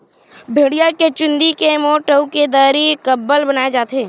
भेड़िया के चूंदी के मोठ ऊन के दरी, कंबल बनाए जाथे